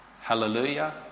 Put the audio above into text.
hallelujah